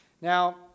Now